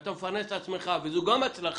ואתה מפרנס את עצמך וזו גם הצלחה,